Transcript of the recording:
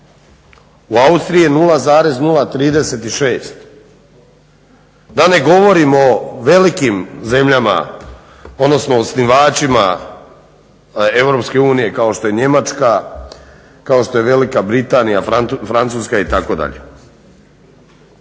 u Austriji 0,036 da ne govorim o velikim zemljama odnosno osnivačima EU kao što je Njemačka, kao što je Velika Britanija, Francuska itd.